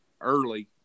early